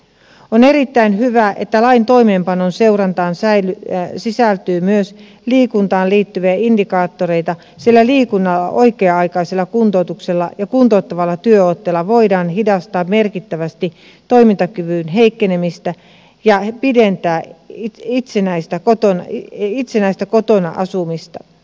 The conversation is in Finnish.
on erittäin hyvä että lain toimeenpanon seurantaan sisältyy myös liikuntaan liittyviä indikaattoreita sillä liikunnalla oikea aikaisella kuntoutuksella ja kuntouttavalla työotteella voidaan hidastaa merkittävästi toimintakyvyn heikkenemistä ja pidentää itsenäistä kotona asumista